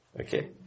Okay